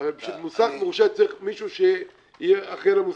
הרי מוסך מורשה צריך מישהו שיהיה אחראי על המוסך.